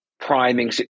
priming